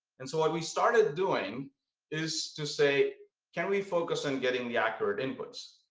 and so what we started doing is to say can we focus on getting the accurate inputs?